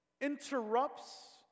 interrupts